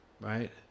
Right